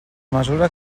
mesura